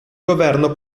governo